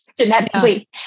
genetically